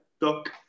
Doc